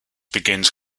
begins